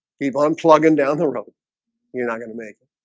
keep on plugging down the road you're not gonna make and